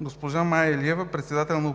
госпожа Мая Илиева – председател на